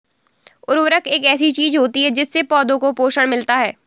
उर्वरक एक ऐसी चीज होती है जिससे पौधों को पोषण मिलता है